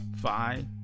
five